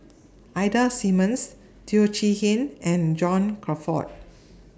Ida Simmons Teo Chee Hean and John Crawfurd